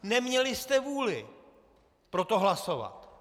Neměli jste vůli pro to hlasovat!